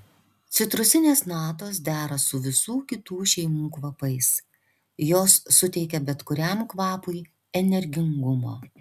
citrusinės natos dera su visų kitų šeimų kvapais jos suteikia bet kuriam kvapui energingumo